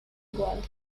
igual